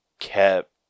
kept